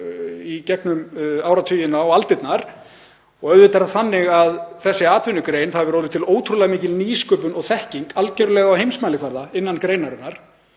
í gegnum áratugina og aldirnar og auðvitað er það þannig að þessi atvinnugrein — það hefur orðið til ótrúlega mikil nýsköpun og þekking; algerlega á heimsmælikvarða innan greinarinnar.